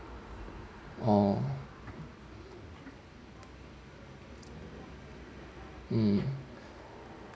oh mm